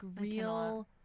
real